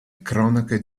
cronache